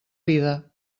vida